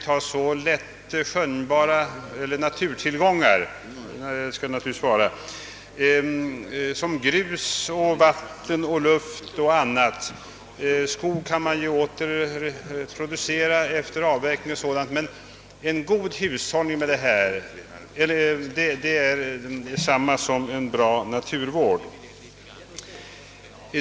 Detta gäller t.ex. grus, vatten och luft; skog kan man ju återproducera efter avverkning. En god hushållning med dessa naturtillgångar är detsamma som en bra naturvård.